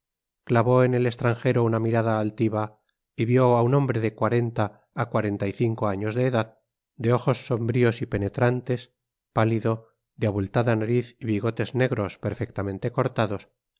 clavó en el estrangero una mirada altiva y vió á un hombre de cuarenta á cuarenta y cinco años de edad de ojos sombríos y penetrantes pálido de abultada nariz y bigotes negros perfectamente cortados